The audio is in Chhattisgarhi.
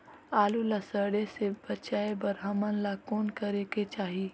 आलू ला सड़े से बचाये बर हमन ला कौन करेके चाही?